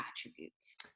attributes